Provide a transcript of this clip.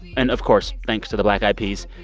and, of course, thanks to the black eyed peas.